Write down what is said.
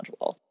module